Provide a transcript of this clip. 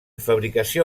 fabricació